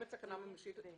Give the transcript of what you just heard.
סכנה ממשית.